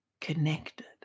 connected